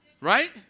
Right